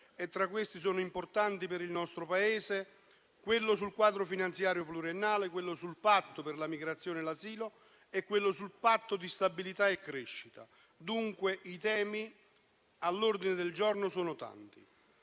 e, tra questi, sono importanti per il nostro Paese quello sul quadro finanziario pluriennale, quello sul Patto per la migrazione e l'asilo e quello sul Patto di stabilità e crescita. Dunque i temi all'ordine del giorno sono tanti.